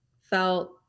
felt